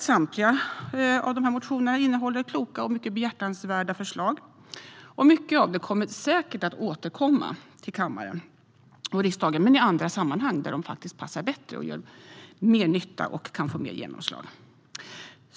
Samtliga motioner innehåller kloka och behjärtansvärda förslag, och mycket återkommer säkert till riksdagen i andra sammanhang där det passar bättre, kan göra mer nytta och få mer genomslag.